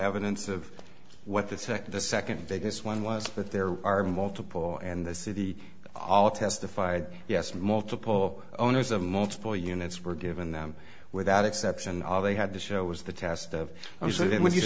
evidence of what the second the second biggest one was but there are multiple and the city all testified yes multiple owners of multiple units were given them without exception are they had to show was the task i was in when you